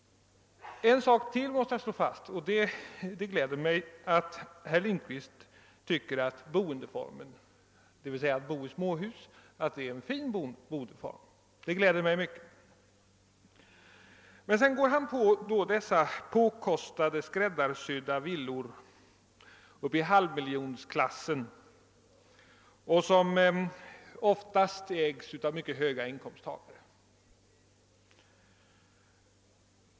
En sak till måste jag slå fast. Det gläder mig mycket att herr Lindkvist tycker att småhus är en fin boendeform. Men sedan går herr Lindkvist in på dessa påkostade, skräddarsydda villor i halvmiljonklassen som oftast ägs av mycket höga inkomsttagare.